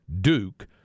Duke